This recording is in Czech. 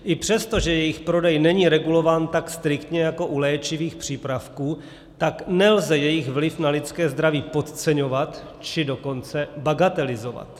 I přesto, že jejich prodej není regulován tak striktně jako u léčivých přípravků, tak nelze jejich vliv na lidské zdraví podceňovat, či dokonce bagatelizovat.